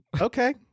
Okay